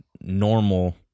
normal